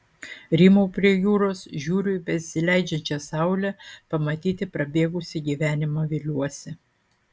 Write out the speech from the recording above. rymau prie jūros žiūriu į besileidžiančią saulę pamatyti prabėgusį gyvenimą viliuosi